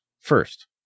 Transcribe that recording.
first